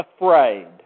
afraid